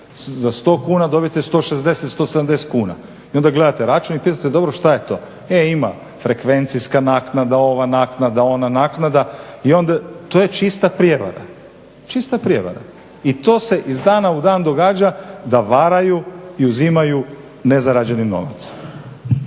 za 100 kuna dobijete 160, 170 kuna i onda gledate račun i pitate dobro šta je to. E ima frekvencijska naknada, ova naknada, ona naknada i onda, to je čista prijevara, čista prijevara i to se iz dana u dan događa da varaju i uzimaju nezarađeni novac.